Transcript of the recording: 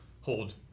hold